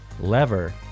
lever